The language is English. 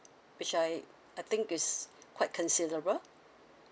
which I I think is quite considerable